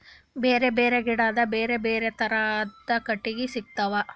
ಬ್ಯಾರೆ ಬ್ಯಾರೆ ಗಿಡದ್ ಬ್ಯಾರೆ ಬ್ಯಾರೆ ಥರದ್ ಕಟ್ಟಗಿ ಸಿಗ್ತವ್